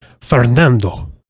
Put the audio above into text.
Fernando